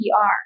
PR